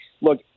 look